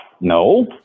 No